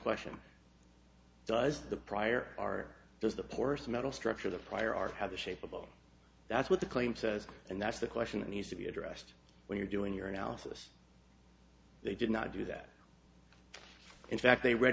question does the prior are those the poorest metal structure the prior art have the shape of all that's what the claim says and that's the question that needs to be addressed when you're doing your analysis they did not do that in fact they read